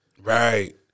right